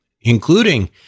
including